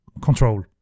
control